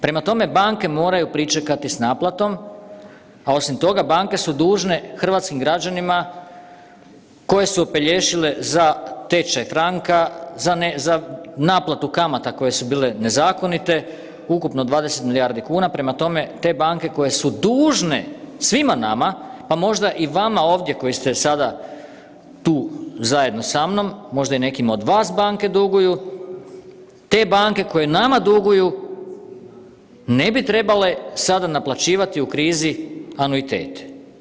Prema tome, banke moraju pričekati s naplatom, a osim toga banke su dužne hrvatskim građanima koje su opelješile za tečaj franka, za naplatu kamata koje su bile nezakonite ukupno 20 milijardi kuna, prema tome te banke koje su dužne svima nama, pa možda i vama ovdje koji ste sada tu zajedno sa mnom, možda nekima od vas banke duguju, te banke koje nama duguju ne bi trebale sada naplaćivati u krizi anuitet.